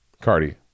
Cardi